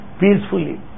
peacefully